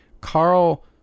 Carl